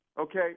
Okay